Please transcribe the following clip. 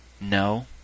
No